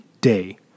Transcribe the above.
day